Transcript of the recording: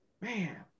Man